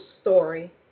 story